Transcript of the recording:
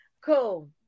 Cool